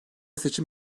seçim